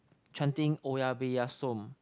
chanting oya-beh-ya-som